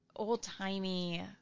old-timey